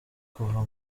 kuva